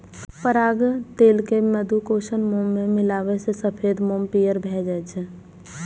पराग तेल कें मधुकोशक मोम मे मिलाबै सं सफेद मोम पीयर भए जाइ छै